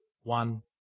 one